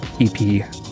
ep